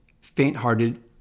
faint-hearted